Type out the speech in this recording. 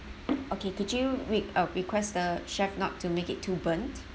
okay could you re~ uh request the chef not to make it too burnt